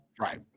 Right